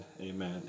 amen